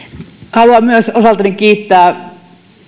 haluan myös osaltani kiittää